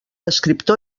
escriptor